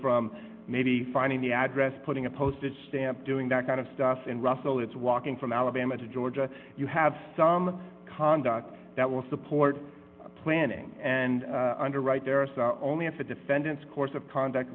from maybe finding the address putting a postage stamp doing that kind of stuff and russell it's walking from alabama to georgia you have some conduct that will support planning and underwrite there are only half a defendant's course of conduct